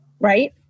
Right